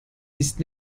ist